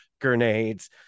grenades